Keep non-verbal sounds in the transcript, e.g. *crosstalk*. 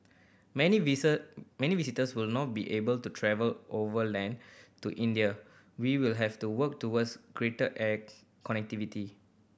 many *unintelligible* many visitors will not be able to travel overland to India we will have to work towards greater air *noise* connectivity